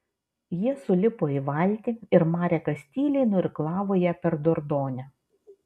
jie sulipo į valtį ir marekas tyliai nuirklavo ją per dordonę